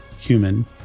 human